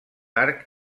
arc